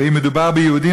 ואם מדובר ביהודים,